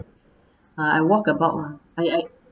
ah I walk about lah I I